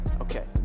okay